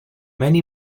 many